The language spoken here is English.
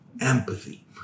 empathy